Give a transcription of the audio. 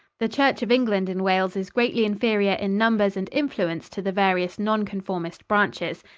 the church of england in wales is greatly inferior in numbers and influence to the various nonconformist branches.